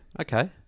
okay